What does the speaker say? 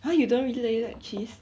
!huh! you don't really like cheese